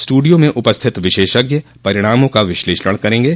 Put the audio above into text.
studio में उपस्थित विशेषज्ञ परिणामों का विश्लेषण करेंगे